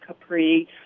Capri